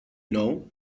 know